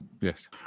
Yes